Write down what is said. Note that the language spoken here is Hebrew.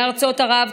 מארצות ערב,